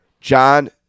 John